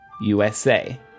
USA